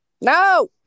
No